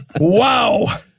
wow